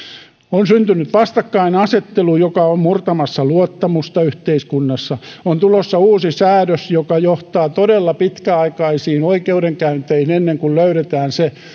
on syntynyt vastakkainasettelu joka on murtamassa luottamusta yhteiskunnassa on tulossa uusi säännös joka johtaa todella pitkäaikaisiin oikeudenkäynteihin ennen kuin löydetään se